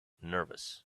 nervous